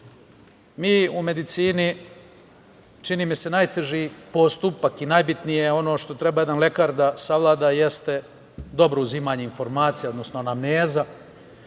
medicini, čini mi se, najteži postupak i najbitnije ono što treba jedan lekar da savlada jeste dobro uzimanje informacija, odnosno anamneza